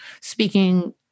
speaking